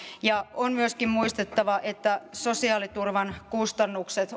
ja on myöskin muistettava että sosiaaliturvan kustannukset